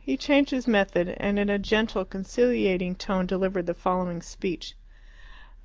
he changed his method, and in a gentle, conciliating tone delivered the following speech